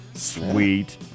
Sweet